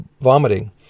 vomiting